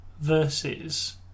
versus